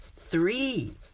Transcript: Three